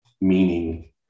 meaning